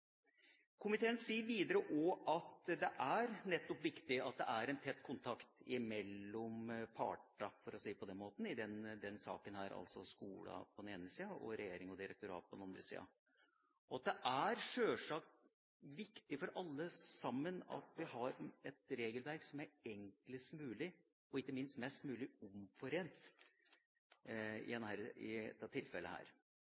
Komiteen sier videre at det er viktig at det er en tett kontakt mellom partene – for å si det på den måten – i denne saken, altså skolene på den ene siden og regjering og direktorat på den andre siden, og at det sjølsagt er viktig for alle at vi har et regelverk som er enklest mulig, og ikke minst mest mulig omforent i